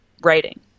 writing